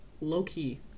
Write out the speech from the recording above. Low-key